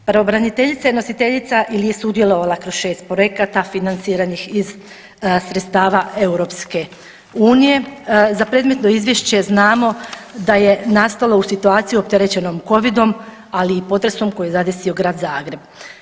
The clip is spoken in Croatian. Pravobraniteljica je nositeljica ili je sudjelovala kroz šest projekta financiranih iz sredstava EU, za predmetno izvješće znamo da je nastalo u situaciji opterećenom covidom, ali i potresom koji je zadesio Grad Zagreb.